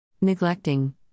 Neglecting